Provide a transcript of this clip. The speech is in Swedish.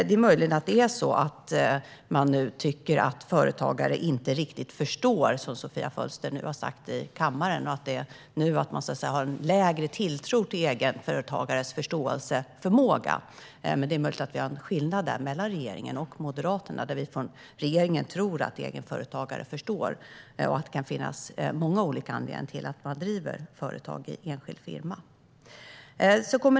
Det är möjligt att de nu tycker att företagare inte riktigt förstår, som Sofia Fölster nu har sagt i kammaren, och att de nu har en lägre tilltro till egenföretagares förmåga att förstå. Men det är möjligt att det där är en skillnad mellan regeringen och Moderaterna. Vi i regeringen tror att egenföretagare förstår och att det kan finnas många olika anledningar till att man driver företag som enskild firma.